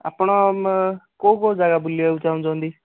ଆପଣ ମ କେଉଁ କେଉଁ ଜାଗା ବୁଲିବାକୁ ଚାହୁଛନ୍ତି